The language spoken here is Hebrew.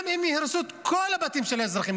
גם אם יהרסו את כל הבתים של האזרחים,